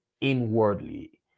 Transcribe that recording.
inwardly